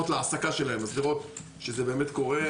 להעסקה שלהם ולראות שזה באמת קורה.